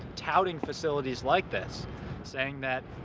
touting facilities like this saying that,